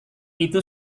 itu